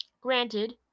Granted